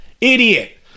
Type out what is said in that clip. idiot